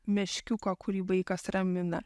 meškiuko kurį vaikas ramina